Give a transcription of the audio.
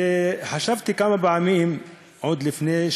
וחשבתי כמה פעמים עוד לפני,